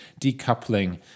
decoupling